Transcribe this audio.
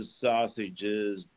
sausages